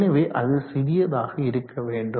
எனவே அது சிறியதாக இருக்க வேண்டும்